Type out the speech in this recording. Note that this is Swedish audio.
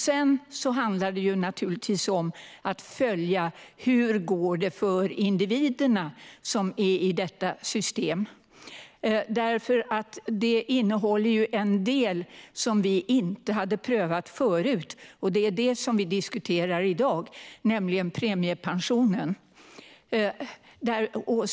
Sedan handlar det naturligtvis om att följa hur det går för individerna som är i detta system. Det innehåller en del som vi inte hade prövat förut. Det är det som vi diskuterar i dag, nämligen premiepensionen.